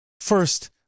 First